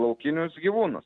laukinius gyvūnus